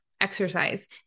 exercise